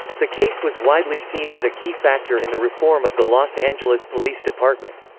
the case was widely seen as a key factor in the reform of the los angeles police department.